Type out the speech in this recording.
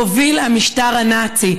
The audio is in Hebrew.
הוביל המשטר הנאצי.